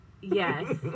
Yes